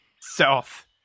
south